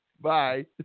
Bye